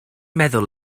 meddwl